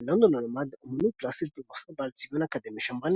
בלונדון הוא למד אמנות פלסטית במוסד בעל צביון אקדמי שמרני.